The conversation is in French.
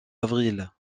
avril